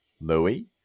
Louis